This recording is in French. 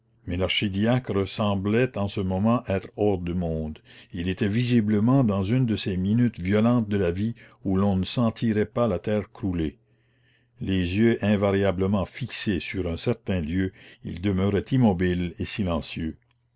mais l'archidiacre semblait en ce moment être hors du monde il était visiblement dans une de ces minutes violentes de la vie où l'on ne sentirait pas la terre crouler les yeux invariablement fixés sur un certain lieu il demeurait immobile et silencieux